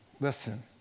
listen